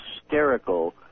hysterical